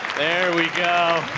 there we go!